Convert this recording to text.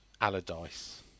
Allardyce